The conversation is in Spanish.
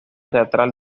teatral